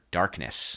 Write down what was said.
darkness